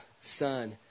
son